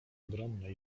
ogromne